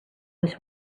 was